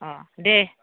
अ दे